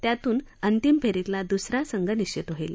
त्यातून अंतिम फेरीतला दूसरा संघ निश्चित होईल